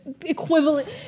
equivalent